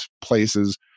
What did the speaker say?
places